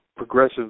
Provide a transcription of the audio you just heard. progressive